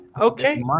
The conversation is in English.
okay